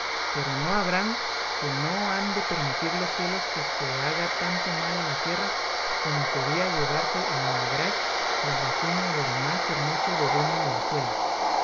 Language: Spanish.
pero no habrán que no han de permitir los cielos que se haga tanto mal a la tierra como sería llevarse en agraz el racimo del más hermoso veduño del suelo